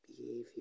behavior